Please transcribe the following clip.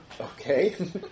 Okay